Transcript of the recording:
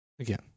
again